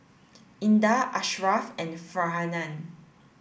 Indah Ashraf and Farhanah